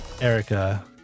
Erica